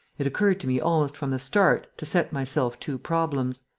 it occurred to me almost from the start to set myself two problems.